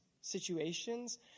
situations